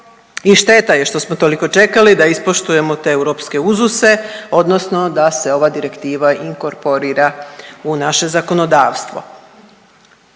i šteta je što smo toliko čekali da ispoštujemo te europske uzuse odnosno da se ova direktiva inkorporira u naše zakonodavstvo.